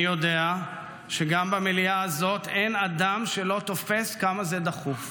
אני יודע שגם במליאה הזאת אין אדם שלא תופס כמה זה דחוף.